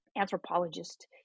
anthropologist